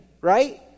right